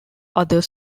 other